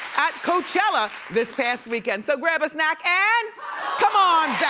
at coachella this past weekend. so grab a snack and come on